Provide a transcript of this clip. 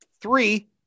three